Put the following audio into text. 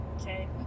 Okay